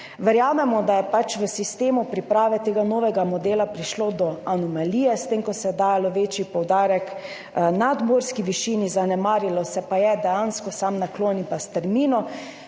Verjamemo, da je v sistemu priprave tega novega modela prišlo do anomalije s tem, ko se je dalo večji poudarek nadmorski višini, zanemarilo se je pa sam naklon in strmino,